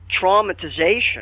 traumatization